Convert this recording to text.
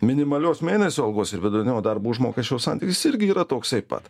minimalios mėnesio algos ir vidutinio darbo užmokesčio santykis irgi yra toksai pat